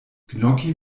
gnocchi